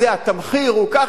התמחיר הוא ככה,